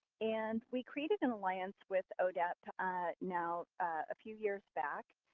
and we created an alliance with odep ah now a few years back.